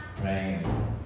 praying